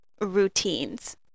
routines